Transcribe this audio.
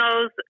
knows